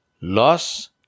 loss